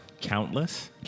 countless